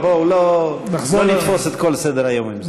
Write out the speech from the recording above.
אבל בואו לא נתפוס את כל סדר-היום עם זה.